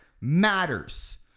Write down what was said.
matters